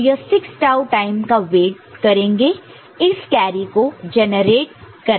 तो यह 6 tau time का वेट करेंगे इस कैरी को जनरेट करने के लिए